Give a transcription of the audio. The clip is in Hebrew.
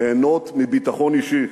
ליהנות מביטחון אישי.